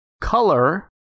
Color